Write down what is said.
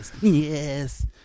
yes